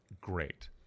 great